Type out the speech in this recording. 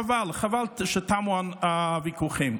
חבל, חבל שתמו הוויכוחים.